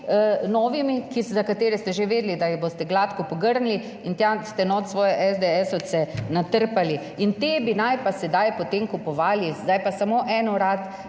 novimi, za katere ste že vedeli, da jih boste gladko pogrnili in tja ste notri svoje SDS-ovce natrpali in te bi naj pa sedaj potem kupovali. Zdaj pa samo en urad,